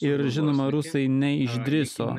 ir žinoma rusai neišdrįso